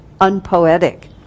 unpoetic